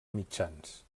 mitjans